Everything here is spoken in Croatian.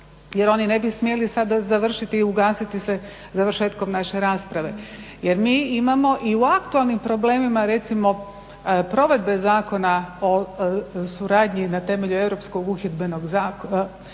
jer oni ne bi smjeli sada završiti i ugasiti se završetkom naše rasprave jer mi imamo i u aktualnim problemima recimo provedbe Zakona o suradnji na temelju europskog uhidbenog zakona,